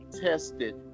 tested